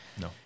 no